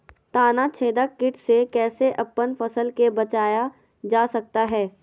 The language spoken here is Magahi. तनाछेदक किट से कैसे अपन फसल के बचाया जा सकता हैं?